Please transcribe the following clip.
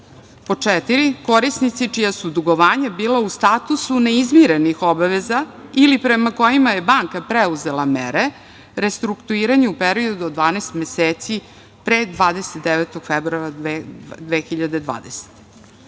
Pod četiri, korisnici čija su dugovanja bila u statusu neizmirenih obaveza ili prema kojima je banka preuzela mere restrukturiranja u periodu od 12 meseci pre 29. februara 2020.